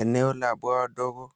Eneo la bwawa dogo